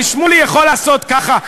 שמולי יכול לעשות ככה.